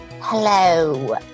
Hello